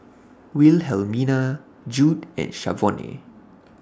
Wilhelmina Jude and Shavonne